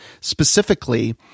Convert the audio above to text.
specifically